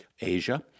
Asia